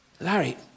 Larry